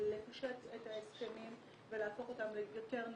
לפשט את ההסכמים ולהפוך אותם ליותר נגישים,